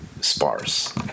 sparse